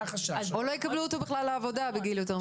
או שלא יקבלו אותו בכלל לעבודה בגיל יותר מאוחר.